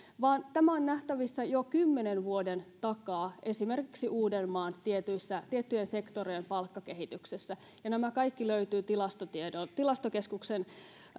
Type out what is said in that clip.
tämä on nähtävissä jo kymmenen vuoden takaa esimerkiksi uudenmaan tiettyjen sektorien palkkakehityksessä ja tämä kaikki löytyy tilastokeskuksen